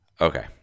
okay